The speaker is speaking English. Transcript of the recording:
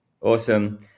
Awesome